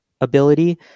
ability